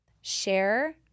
share